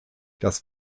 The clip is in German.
das